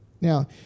Now